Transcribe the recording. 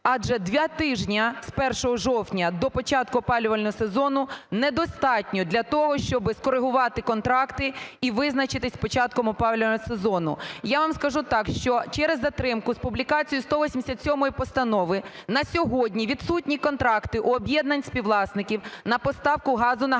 Адже два тижня, з 1 жовтня до початку опалювального сезону, недостатньо для того, щоб скорегувати контракти і визначитись з початком опалювального сезону. Я вам скажу, так, що через затримку з публікацією 187 Постанови на сьогодні відсутні контракти у об'єднань співвласників на поставку газу на гарячу воду.